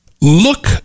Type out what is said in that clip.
look